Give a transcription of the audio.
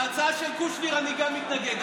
להצעה של קושניר אני גם מתנגד.